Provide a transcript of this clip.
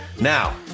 Now